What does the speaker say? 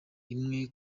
imwe